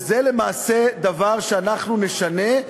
וזה למעשה דבר שאנחנו נשנה,